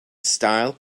style